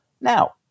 Now